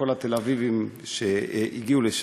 והתל-אביבים הגיעו לשם.